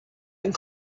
and